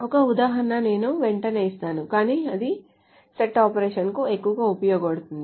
ఒక ఉదాహరణ నేను వెంటనే ఇస్తాను కానీ ఇది సెట్ ఆపరేషన్స్ కు ఎక్కువగా ఉపయోగపడుతుంది